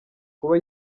kuba